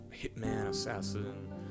hitman-assassin